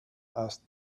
asked